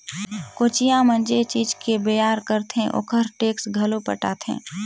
कोचिया मन जे चीज के बेयार करथे ओखर टेक्स घलो पटाथे